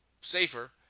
safer